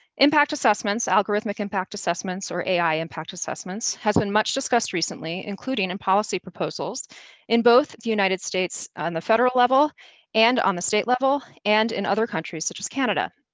impact assessments, algorithmic impact assessments, or ai impact assessments, has been much discussed recently including in and policy proposals in both the united states on the federal level and on the state level, and in other countries such as canada.